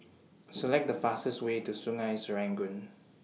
Select The fastest Way to Sungei Serangoon